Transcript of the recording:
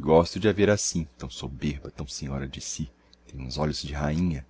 gosto de a ver assim tão soberba tão senhora de si tem uns olhos de rainha